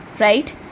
right